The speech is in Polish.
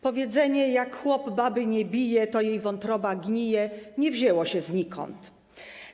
Powiedzenie: jak chłop baby nie bije, to jej wątroba gnije, nie wzięło się znikąd.